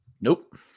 Nope